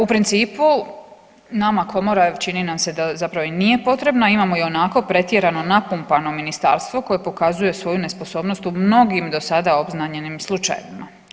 U principu nama komora čini nam se da zapravo i nije potrebna imamo ionako pretjerano napumpamo ministarstvo koje pokazuje svoju nesposobnost u mnogim do sada obznanjenim slučajevima.